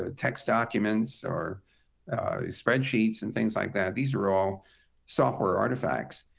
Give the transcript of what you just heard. ah text documents, or spreadsheets, and things like that, these are all software artifacts.